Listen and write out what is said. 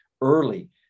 early